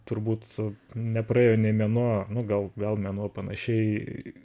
turbūt nepraėjo nė mėnuo nu gal gall mėnuo panašiai